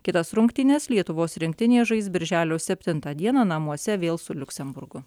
kitas rungtynes lietuvos rinktinė žais birželio septintą dieną namuose vėl su liuksemburgu